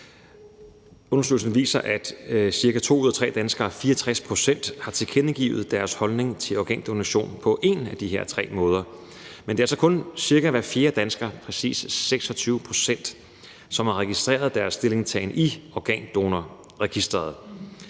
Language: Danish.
Undersøgelsen viser, at cirka to ud af tre danskere, nemlig 64 pct., har tilkendegivet deres holdning til organdonation på en af de her tre måder, men det er altså kun cirka hver fjerde dansker – præcis 26 pct. – som har registreret deres stillingtagen i Organdonorregistret.